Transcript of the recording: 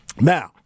Now